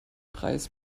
preis